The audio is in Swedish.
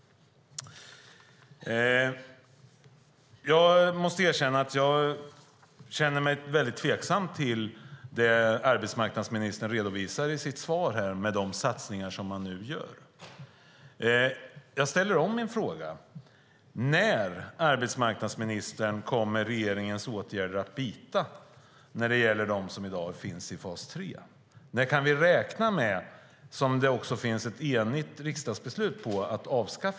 Jag måste erkänna att jag känner mig mycket tveksam till det som arbetsmarknadsministern redovisar i sitt svar när det gäller de satsningar som man nu gör. Jag ställer min fråga igen: När, arbetsmarknadsministern, kommer regeringens åtgärder att bita när det gäller de som i dag finns i fas 3? När kan vi räkna med att fas 3 avskaffas, som det finns ett enigt riksdagsbeslut om?